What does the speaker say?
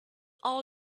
all